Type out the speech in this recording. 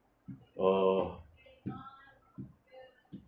oh